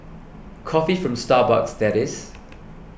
coffee from Starbucks that is